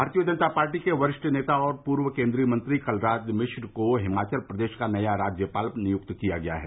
भारतीय जनता पार्टी के वरिष्ठ नेता और पूर्व केन्द्रीय मंत्री कलराज मिश्र को हिमाचल प्रदेश का नया राज्यपाल नियुक्त किया गया है